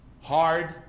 hard